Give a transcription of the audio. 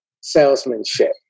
salesmanship